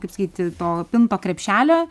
kaip sakyti to pinto krepšelio